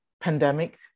pandemic